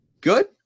good